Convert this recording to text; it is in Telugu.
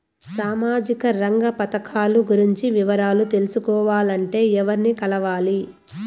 సామాజిక రంగ పథకాలు గురించి వివరాలు తెలుసుకోవాలంటే ఎవర్ని కలవాలి?